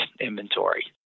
inventory